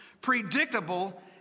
predictable